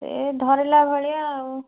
ଏ ଧରିଲା ଭଳିଆ ଆଉ